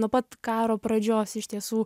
nuo pat karo pradžios iš tiesų